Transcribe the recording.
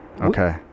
Okay